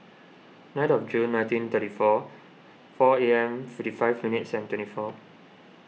ninth of June nineteen thirty four four A M fifty five minutes and twenty four